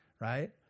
right